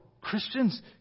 Christians